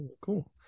cool